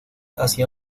hacia